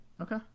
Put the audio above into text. Okay